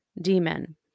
demon